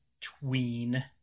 tween